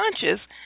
conscious